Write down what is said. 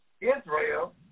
Israel